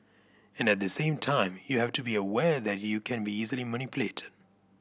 and at the same time you have to be aware that you can be easily manipulated